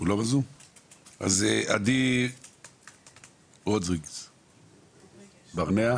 עדי רודריגז ברנע.